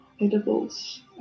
Edibles